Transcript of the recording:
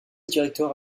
directeur